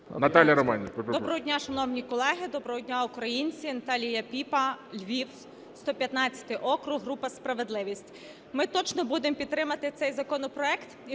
Доброго дня, шановні колеги! Доброго дня, українці! Наталія Піпа, Львів, 115 округ, група "Справедливість". Ми точно будемо підтримувати цей законопроект.